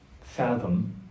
fathom